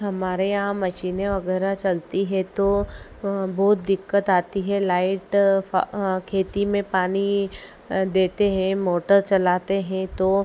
हमारे यहाँ मशीनें वगैरह चलती हैं तो बहुत दिक्कत आती है लाइट फ खेती में पानी देते हैं मोटर चलाते हैं तो